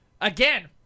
again